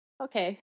okay